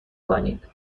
کنید